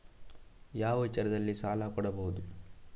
ಯಾವ ವಿಚಾರದಲ್ಲಿ ಸಾಲ ಕೊಡಬಹುದು?